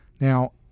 Now